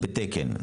בתקן,